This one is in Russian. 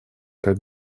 как